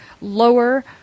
lower